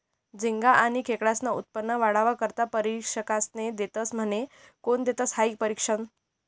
झिंगा आनी खेकडास्नं उत्पन्न वाढावा करता परशिक्षने देतस म्हने? कोन देस हायी परशिक्षन?